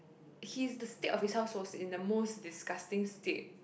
his the state of his house was in the most disgusting state